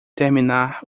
terminar